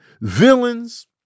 villains